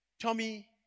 Tommy